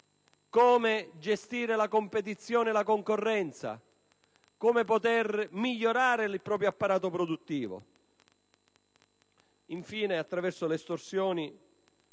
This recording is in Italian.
come gestire la competizione, la concorrenza, come poter migliorare il proprio apparato produttivo. Infine, attraverso le estorsioni,